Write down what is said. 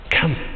come